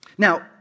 Now